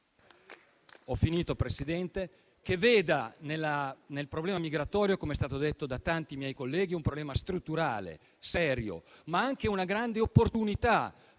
Ho concluso, Presidente. Una legge che veda nel problema migratorio, come è stato detto da tanti miei colleghi, un problema strutturale e serio, ma anche una grande opportunità.